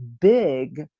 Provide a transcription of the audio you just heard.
big